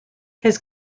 his